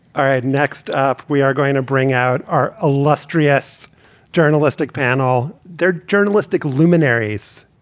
all right. next up, we are going to bring out our illustrious journalistic panel, their journalistic luminaries.